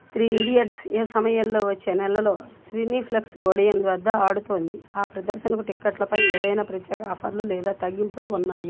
three Idiots ఏ సమయంలో వచ్చే నెలలో సినీప్లెక్స్ ఓడియన్ వద్ద ఆడుతోంది ఆ ప్రదర్శనకు టిక్కెట్లపై ఏదైనా ప్రత్యేక ఆఫర్లు లేదా తగ్గింపులు ఉన్నాయా